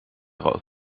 rood